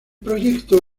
proyecto